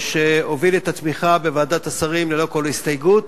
שהוביל את התמיכה בוועדת השרים ללא כל הסתייגות,